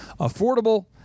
affordable